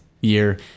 year